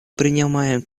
принимаем